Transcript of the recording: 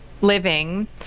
living